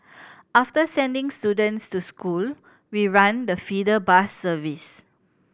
after sending students to school we run the feeder bus service